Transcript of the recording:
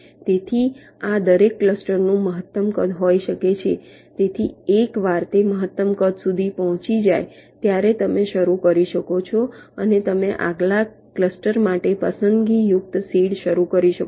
તેથી આ દરેક ક્લસ્ટરનું મહત્તમ કદ હોઈ શકે છે તેથી એકવાર તે મહત્તમ કદ સુધી પહોંચી જાય ત્યારે તમે શરૂ કરી શકો છો અને તમે આગલા ક્લસ્ટર માટે પસંદગીયુક્ત સીડ શરૂ કરી શકો છો